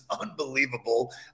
unbelievable